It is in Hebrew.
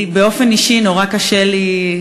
באופן אישי נורא קשה לי,